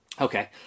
Okay